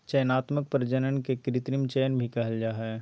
चयनात्मक प्रजनन के कृत्रिम चयन भी कहल जा हइ